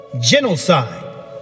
genocide